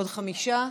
עוד חמישה.